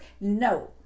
No